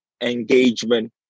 engagement